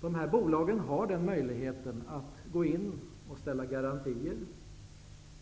De nu aktuella företagen har möjlighet att ställa garantier